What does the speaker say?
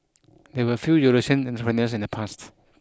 there were few Eurasian entrepreneurs in the pasts